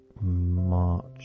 March